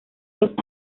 los